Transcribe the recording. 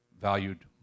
valued